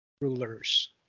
rulers